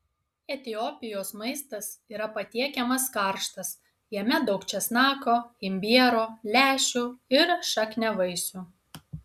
etiopijos maistas yra patiekiamas karštas jame daug česnako imbiero lęšių ir šakniavaisių